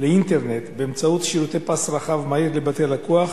לאינטרנט באמצעות שירותי פס רחב מהיר לבית הלקוח,